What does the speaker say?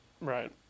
Right